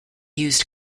used